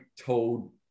told